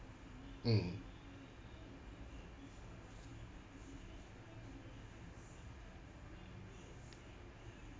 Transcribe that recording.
mm